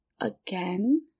again